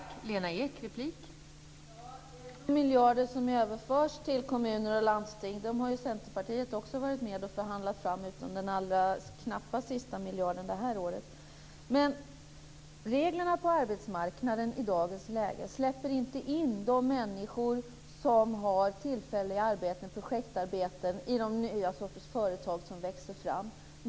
Fru talman! De miljarder som överförs till kommuner och landsting har också Centerpartiet varit med om att förhandla fram, utom den allra sista knappa miljarden det här året. Reglerna på arbetsmarknaden släpper i dagens läge inte in de människor som har tillfälliga arbeten och projektarbeten i den nya sortens företag som växer fram.